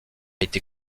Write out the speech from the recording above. été